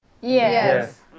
Yes